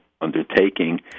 undertaking